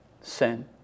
sin